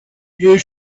you